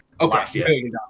okay